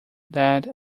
that